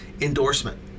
endorsement